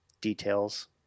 details